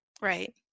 right